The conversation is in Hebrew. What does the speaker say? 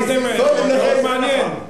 אתה לא מבחין איפה אתה יושב.